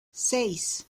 seis